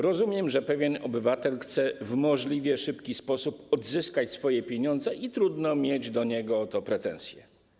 Rozumiem, że pewien obywatel chce w możliwie szybki sposób odzyskać swoje pieniądze, i trudno mieć o to do niego pretensje.